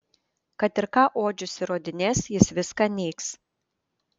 kad ir ką odžius įrodinės jis viską neigs